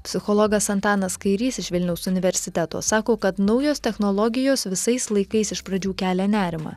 psichologas antanas kairys iš vilniaus universiteto sako kad naujos technologijos visais laikais iš pradžių kelia nerimą